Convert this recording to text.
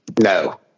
No